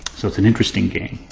so, it's an interesting g ame.